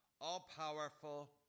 all-powerful